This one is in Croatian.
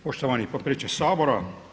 Poštovani potpredsjedniče Sabora.